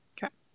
Okay